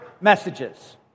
messages